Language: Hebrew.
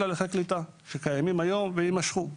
להליכי קליטה שקיימים היום ויימשכו.